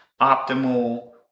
optimal